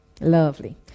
Lovely